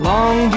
Long